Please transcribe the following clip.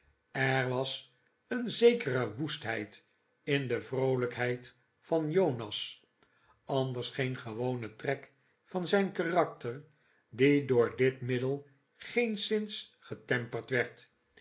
er was een zekere woestheid in de vroolijkheid van jonas anders geen gewone trek van zijn karakter die door dit middel geenszins getemperd werdj